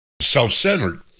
self-centered